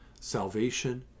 Salvation